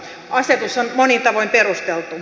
asetus on monin tavoin perusteltu